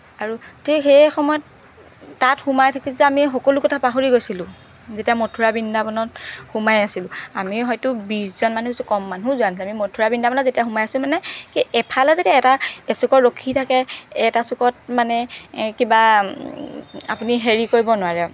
আৰু ঠিক সেই সময়ত তাত সোমাই থাকি যে আমি সকলো কথা পাহৰি গৈছিলো যেতিয়া মথুৰা বৃন্দাবনত সোমাই আছিলো আমিও হয়তো বিছজন মানুহ আছো কম মানুহ আমি মথুৰা বৃন্দাবনত যেতিয়া সোমাইছো মানে এফালে যদি এটা এচুকত ৰখি থাকে এটা চুকত মানে কিবা আপুনি হেৰি কৰিব নোৱাৰে